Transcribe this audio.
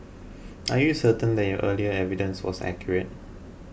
are you certain that your earlier evidence was accurate